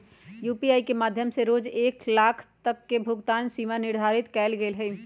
UPI के माध्यम से रोज एक लाख तक के भुगतान सीमा निर्धारित कएल गेल हइ